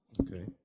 Okay